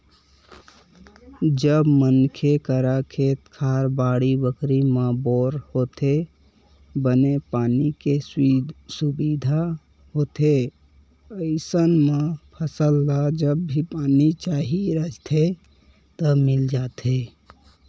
जब मनखे करा खेत खार, बाड़ी बखरी म बोर होथे, बने पानी के सुबिधा होथे अइसन म फसल ल जब भी पानी चाही रहिथे त मिल जाथे